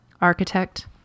architect